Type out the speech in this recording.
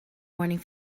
morning